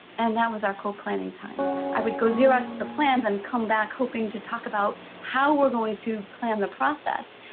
and that was our co-planning time. i would go xerox the plans, and come back, hoping to talk about how we're going to plan the process,